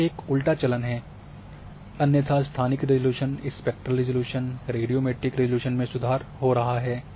यह एक उल्टा चलन है अन्यथा स्थानिक resolution spectral resolution radiometric resolution में सुधार हो रहा है